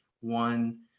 one